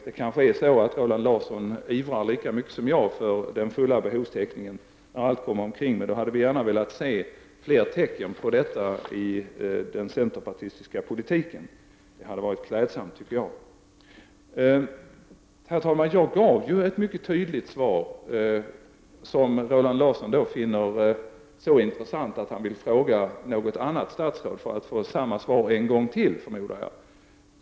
Det kanske är så att Roland Larsson när allt kommer omkring ivrar lika mycket som jag för full behovstäckning, men vi hade gärna velat se fler tecken på detta i den centerpartistiska politiken. Det tycker jag hade varit klädsamt. Herr talman! Jag gav tidigare ett mycket tydligt svar, som Roland Larsson fann så intressant att han ville fråga ett annat statsråd för att få samma svar en gång till, förmodar jag.